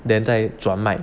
then 再转卖